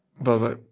Bye-bye